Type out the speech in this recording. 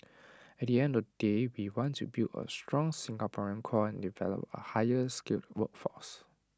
at the end of the day we want to build A strong Singaporean core and develop A higher skilled workforce